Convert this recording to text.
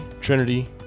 Trinity